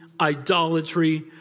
idolatry